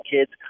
kids